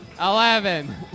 eleven